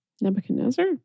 Nebuchadnezzar